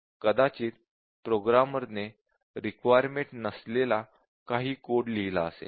कदाचित प्रोग्रामरने रिक्वायरमेंट नसलेला काही कोड लिहिला असेल